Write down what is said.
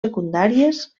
secundàries